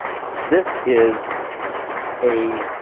this is a